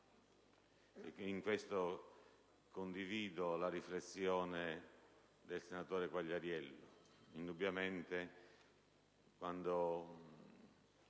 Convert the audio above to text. In questo, condivido la riflessione del senatore Quagliariello.